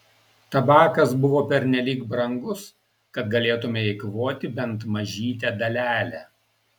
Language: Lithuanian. tabakas buvo pernelyg brangus kad galėtumei eikvoti bent mažytę dalelę